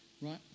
Right